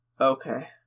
Okay